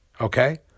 Okay